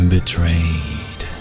Betrayed